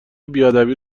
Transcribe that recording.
بیادبی